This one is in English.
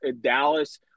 Dallas